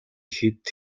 хэд